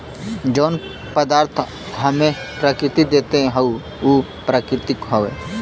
जौन पदार्थ हम्मे प्रकृति देत हौ उ प्राकृतिक हौ